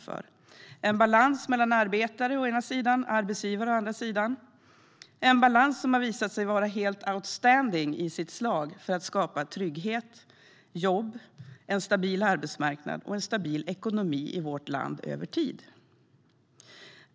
Det är en balans mellan arbetare å ena sidan och arbetsgivare å den andra, en balans som har visat sig vara helt outstanding i sitt slag för att skapa trygghet, jobb, en stabil arbetsmarknad och en stabil ekonomi i vårt land över tid.